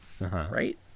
Right